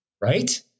Right